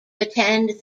attend